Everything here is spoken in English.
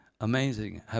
amazing